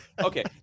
Okay